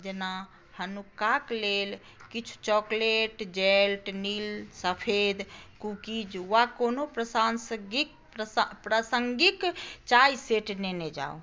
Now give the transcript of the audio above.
जेना हनुक्काक लेल किछु चॉकलेट जेल्ट नील सफेद कुकीज़ वा कोनो प्रसांसगिक प्रसा प्रासंगिक चाय सेट लेने जाउ